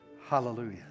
Hallelujah